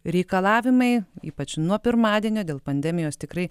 reikalavimai ypač nuo pirmadienio dėl pandemijos tikrai